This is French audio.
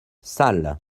salles